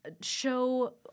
show